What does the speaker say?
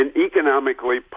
economically